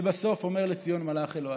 ובסוף "אמר לציון מלך אלהיך".